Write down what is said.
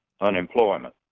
unemployment